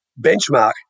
benchmark